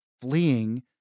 fleeing